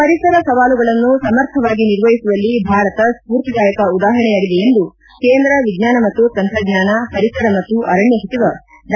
ಪರಿಸರ ಸವಾಲುಗಳನ್ನು ಸಮರ್ಥವಾಗಿ ನಿರ್ವಹಿಸುವಲ್ಲಿ ಭಾರತ ಸ್ಫೂರ್ತಿದಾಯಕ ಉದಾಹರಣೆಯಾಗಿದೆ ಎಂದು ಕೇಂದ್ರ ವಿಜ್ಞಾನ ಮತ್ತು ತಂತ್ರಜ್ಞಾನ ಪರಿಸರ ಮತ್ತು ಅರಣ್ಯ ಸಚಿವ ಡಾ